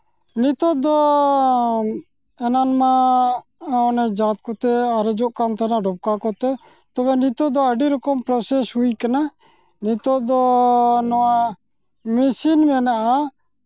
ᱱᱤᱛᱚᱜ ᱫᱚ ᱮᱱᱟᱱᱚᱜ ᱚᱱᱮ ᱡᱟᱛ ᱠᱚᱛᱮ ᱟᱨᱮᱡᱚᱜ ᱠᱟᱱ ᱛᱟᱦᱮᱱᱟ ᱰᱚᱠᱽᱠᱟ ᱠᱚᱛᱮ ᱛᱚᱵᱮ ᱱᱤᱛᱚᱜ ᱫᱚ ᱟᱹᱰᱤ ᱨᱚᱠᱚᱢ ᱯᱨᱚᱥᱮᱥ ᱦᱩᱭ ᱠᱟᱱᱟ ᱱᱤᱛᱚᱜ ᱫᱚ ᱱᱚᱣᱟ ᱢᱮᱹᱥᱤᱱ ᱢᱮᱱᱟᱜᱼᱟ